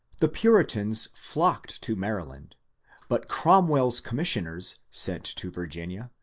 the puritans flocked to maryland but cromwell's commissioners, sent to virginia,